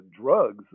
drugs